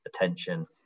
attention